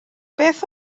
beth